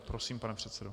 Prosím, pane předsedo.